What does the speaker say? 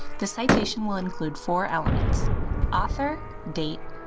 the citation will include four elements author, date,